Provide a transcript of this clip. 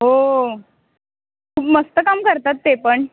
हो खूप मस्त काम करतात ते पण